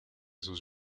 sus